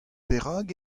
perak